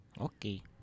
Okay